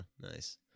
nice